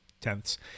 tenths